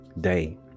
day